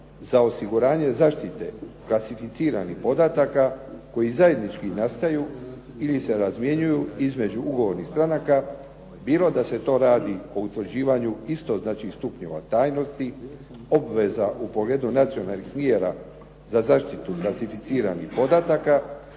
za osiguranje zaštite klasificiranih podataka koji zajednički nastaju ili se razmjenjuju između ugovornih stranaka bilo da se to radi o utvrđivanju isto znači stupnjeva tajnosti, obveza u pogledu nacionalnih mjera za zaštitu klasificiranih podataka